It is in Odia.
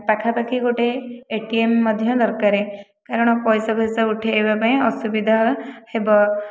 ପାଖାପାଖି ଗୋଟିଏ ଏଟିଏମ୍ ମଧ୍ୟ ଦରକାର କାରଣ ପଇସା ଫଇସା ଉଠାଇବା ପାଇଁ ଅସୁବିଧା ହେବ